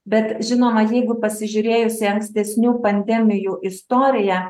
bet žinoma jeigu pasižiūrėjus į ankstesnių pandemijų istoriją